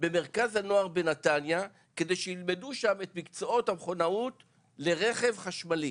במרכז הנוער בנתניה כדי שילמדו שם את מקצועות המכונאות לרכב חשמלי.